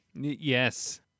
Yes